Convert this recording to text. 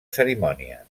cerimònies